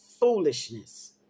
foolishness